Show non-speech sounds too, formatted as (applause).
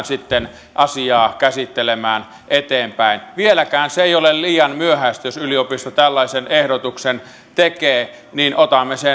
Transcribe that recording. (unintelligible) sitten asiaa käsittelemään eteenpäin vieläkään se ei ole liian myöhäistä jos yliopisto tällaisen ehdotuksen tekee niin otamme